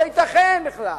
לא ייתכן בכלל.